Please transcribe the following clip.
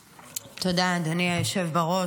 תודה, אדוני היושב-ראש.